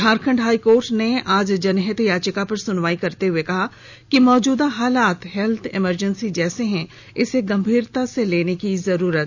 Jharkhand high court ने आज जनहित याचिका पर सुनवाई करते हुए कहा कि मौजूदा हालात हेल्थ इमरजेंसी जैसे हैं इसे गंभीरता से लेने की जरूरत